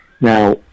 Now